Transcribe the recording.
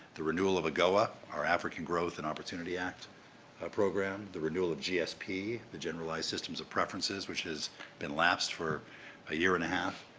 the renewal of agoa, our african growth and opportunity act program, the renewal of gsp, the general systems of preferences, which has been lapse for a year and a half,